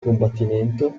combattimento